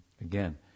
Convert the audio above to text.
Again